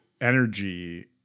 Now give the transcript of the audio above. energy